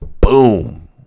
Boom